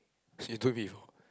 she told me before